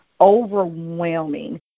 overwhelming